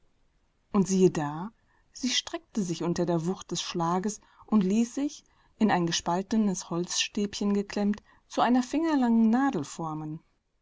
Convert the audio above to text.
und siehe da sie streckte sich unter der wucht des schlages und ließ sich in ein gespaltenes holzstäbchen geklemmt zu einer fingerlangen